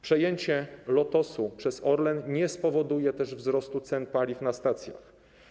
Przejęcie Lotosu przez Orlen nie spowoduje też wzrostu cen paliw na stacjach.